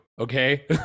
okay